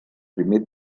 primer